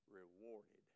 rewarded